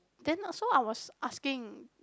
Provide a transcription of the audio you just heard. then also I was asking